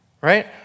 right